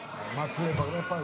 להצטרף?